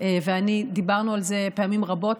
ואני דיברנו על זה פעמים רבות,